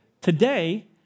Today